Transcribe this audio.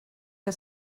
que